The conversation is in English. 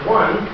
one